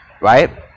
right